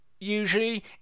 usually